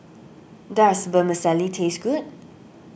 does Vermicelli taste good